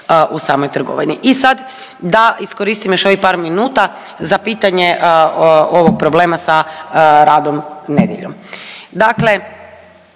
u samoj trgovini. I sad da iskoristimo još ovih par minuta za pitanje ovog problema sa radom nedjeljom.